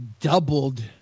doubled